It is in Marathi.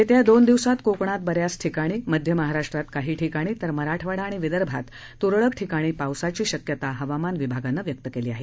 येत्या दोन दिवसात कोकणात बऱ्याच ठिकाणी मध्य महाराष्ट्रात काही ठिकाणी तर मराठवाडा आणि विदर्भात तुरळक ठिकाणी पावसाची शक्यता हवामान विभागानं व्यक्त केली आहे